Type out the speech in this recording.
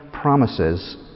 promises